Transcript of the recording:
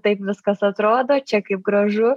taip viskas atrodo čia kaip gražu